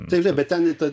taip taip bet ten į tą